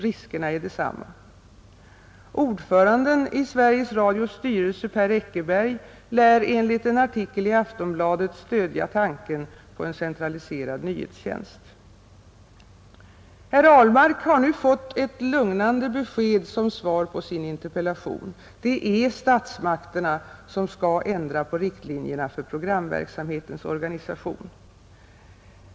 Riskerna är desamma.” Ordföranden i Sveriges Radios styrelse, Per Eckerberg, lär enligt en artikel i Aftonbladet stöda tanken på en centraliserad nyhetstjänst. Herr Ahlmark har nu fått ett lugnande besked som svar på sin interpellation: det är statsmakterna som skall ändra på riktlinjerna för programverksamhetens organisation.